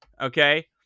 Okay